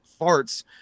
farts